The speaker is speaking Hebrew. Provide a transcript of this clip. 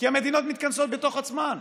כי המדינות מתכנסות בתוך עצמן,